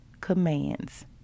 commands